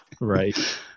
right